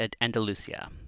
Andalusia